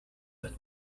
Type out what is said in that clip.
but